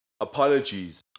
apologies